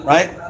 Right